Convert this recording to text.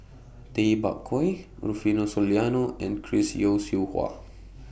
Tay Bak Koi Rufino Soliano and Chris Yeo Siew Hua